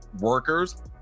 workers